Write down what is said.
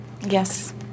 Yes